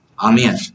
Amen